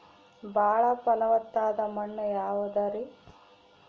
ಬಾಳ ಫಲವತ್ತಾದ ಮಣ್ಣು ಯಾವುದರಿ?